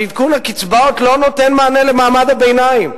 אבל עדכון הקצבאות לא נותן מענה למעמד הביניים.